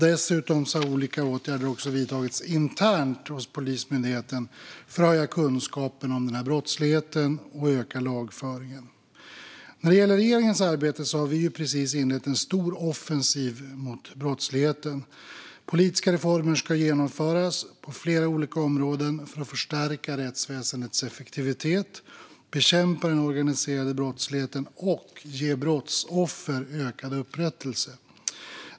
Dessutom har olika åtgärder vidtagits internt hos Polismyndigheten för att höja kunskapen om denna brottslighet och öka lagföringen. När det gäller regeringens arbete har vi precis inlett en stor offensiv mot brottsligheten. Politiska reformer ska genomföras på flera olika områden för att förstärka rättsväsendets effektivitet, bekämpa den organiserade brottsligheten och ge brottsoffer ökad upprättelse.